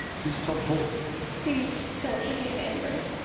please come forward sot please don't forget amber.